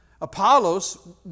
Apollos